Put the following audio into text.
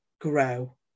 grow